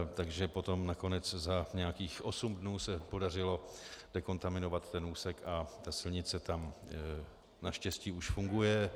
Takže potom nakonec za nějakých osm dnů se podařilo dekontaminovat ten úsek a silnice tam naštěstí už funguje.